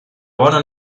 bona